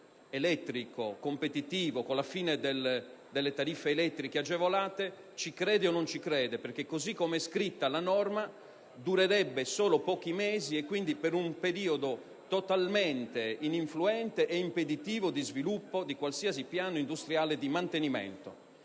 elettrico competitivo con la fine delle tariffe elettriche agevolate, perché, così com'è scritta, la norma durerebbe solo pochi mesi, quindi per un periodo totalmente ininfluente e impeditivo dello sviluppo di qualsiasi piano industriale di mantenimento.